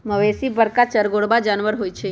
मवेशी बरका चरगोरबा जानबर होइ छइ